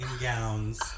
gowns